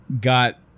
got